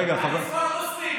לך אתגרים יותר,